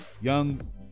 young